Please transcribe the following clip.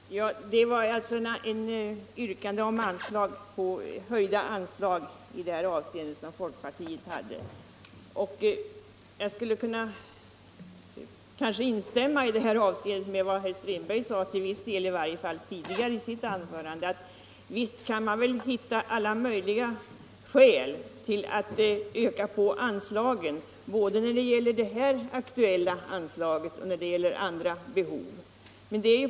Fru talman! Folkpartiet har alltså yrkat på ett höjt anstag. Jag skulle i detta avseende, i varje fall till viss del, kunna instämma i vad herr Strindberg sade i sitt anförande: Visst kan man väl hitta alla möjliga skäl till att öka på anslaget, både det nu aktuella och till andra ändamål.